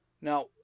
now